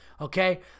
okay